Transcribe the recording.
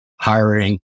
hiring